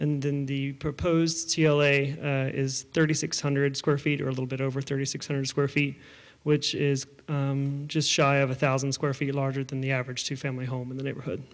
and in the proposed c l a is thirty six hundred square feet or a little bit over thirty six hundred square feet which is just shy of a thousand square feet larger than the average two family home in the neighborhood